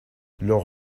leur